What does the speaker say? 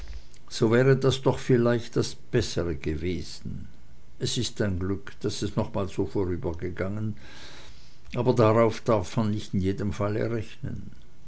so wäre das doch vielleicht das bessere gewesen es ist ein glück daß es noch mal so vorübergegangen aber darauf darf man nicht in jedem falle rechnen